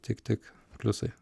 tik tik pliusai